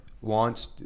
wants